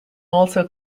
also